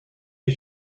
les